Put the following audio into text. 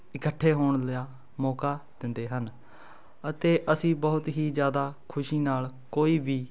ਇਕੱਠੇ ਹੋਣ ਲਿਆ ਮੌਕਾ ਦਿੰਦੇ ਹਨ ਅਤੇ ਅਸੀਂ ਬਹੁਤ ਹੀ ਜ਼ਿਆਦਾ ਖੁਸ਼ੀ ਨਾਲ ਕੋਈ ਵੀ